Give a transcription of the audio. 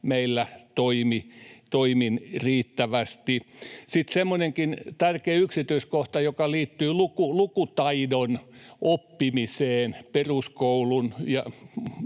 meillä toimi riittävästi. Sitten semmoinenkin tärkeä yksityiskohta, joka liittyy lukutaidon oppimiseen peruskoulussa